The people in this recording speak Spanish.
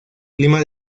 clima